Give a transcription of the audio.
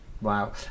Wow